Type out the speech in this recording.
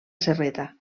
serreta